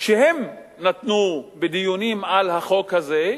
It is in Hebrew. שהם נתנו בדיונים על החוק הזה,